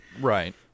Right